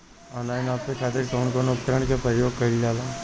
अनाज नापे खातीर कउन कउन उपकरण के प्रयोग कइल जाला?